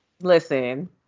Listen